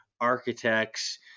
architects